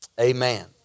Amen